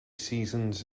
seasons